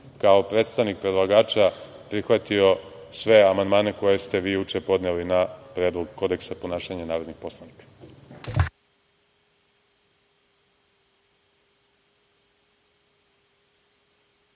kao predstavnik predlagača prihvatio sve amandmane koje ste vi juče podneli na Predlog kodeksa ponašanja narodnih poslanika.